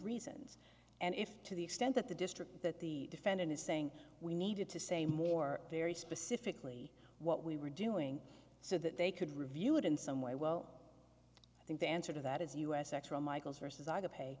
reasons and if to the extent that the district that the defendant is saying we needed to say more very specifically what we were doing so that they could review it in some way well i think the answer to that is us extra michaels v